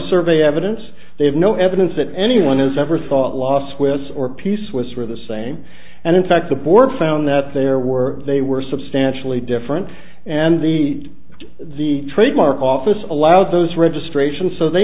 survey evidence they have no evidence that anyone has ever thought loss with or peace was for the same and in fact the board found that there were they were substantially different and the the trademark office allowed those registrations so they